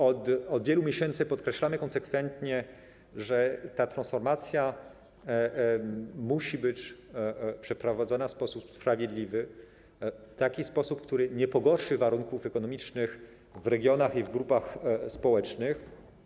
Od wielu miesięcy podkreślamy konsekwentnie, że ta transformacja musi być przeprowadzona w sposób sprawiedliwy, w taki sposób, który nie pogorszy warunków ekonomicznych w regionach i w grupach społecznych.